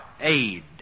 aid